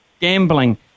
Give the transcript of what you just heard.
gambling